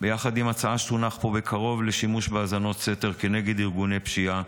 ביחד עם ההצעה שתונח פה בקרוב לשימוש בהאזנות סתר כנגד ארגוני פשיעה,